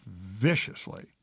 viciously